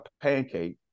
pancake